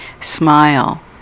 Smile